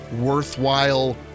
worthwhile